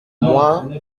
moi